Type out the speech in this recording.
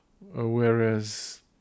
whereas